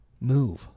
Move